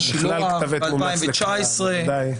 ב-השילוח ב-2019.